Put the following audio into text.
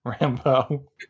Rambo